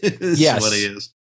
Yes